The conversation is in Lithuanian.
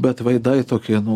bet veidai tokie nu